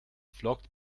flockt